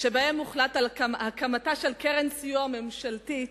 שבהם הוחלט על הקמת קרן סיוע ממשלתית,